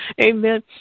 Amen